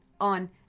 on